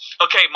Okay